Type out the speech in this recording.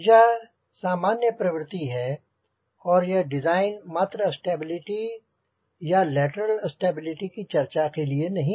यह सामान्य प्रवृत्ति है और यह डिज़ाइन मात्र स्टेबिलिटी या लैटरल स्टेबिलिटी की चर्चा के लिए नहीं है